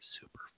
super